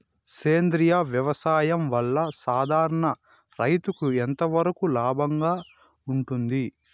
సేంద్రియ వ్యవసాయం వల్ల, సాధారణ రైతుకు ఎంతవరకు లాభంగా ఉంటుంది?